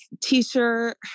t-shirt